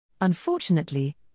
Unfortunately